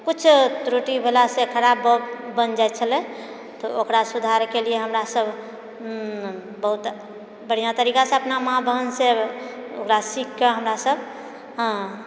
कुछ त्रुटि भेलासे खराब बन जाइत छलय तऽ ओकरा सुधारके लिअ हमरासभ बहुत बढिआँ तरीकासँ अपना माँ बहनसे ओकरा सीखके हमरासभ